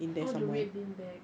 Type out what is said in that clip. oh the red bean bag